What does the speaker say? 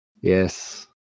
Yes